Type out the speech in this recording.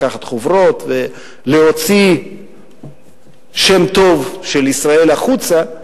לקחת חוברות ולהוציא את השם הטוב של ישראל החוצה,